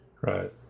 Right